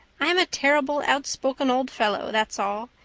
i'm a terrible outspoken old fellow, that's all.